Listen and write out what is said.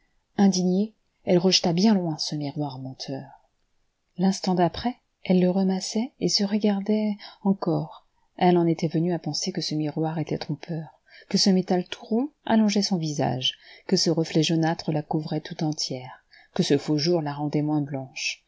indignée elle rejeta bien loin ce miroir menteur l'instant d'après elle le ramassait et se regardait encore elle en était venue à penser que ce miroir était trompeur que ce métal tout rond allongeait son visage que ce reflet jaunâtre la couvrait tout entière que ce faux jour la rendait moins blanche